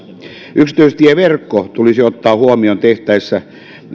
yksityistieverkko tulisi ottaa huomioon tehtäessä